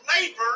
labor